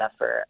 effort